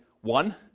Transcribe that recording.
one